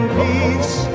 peace